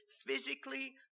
physically